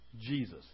Jesus